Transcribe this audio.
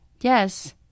Yes